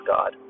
God